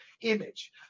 image